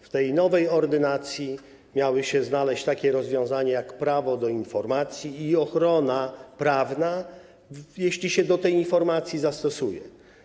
W tej nowej ordynacji miały znaleźć się takie rozwiązania, jak prawo do informacji i ochrona prawna, jeśli się do tej informacji zastosuje.